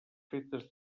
fetes